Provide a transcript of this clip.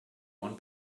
one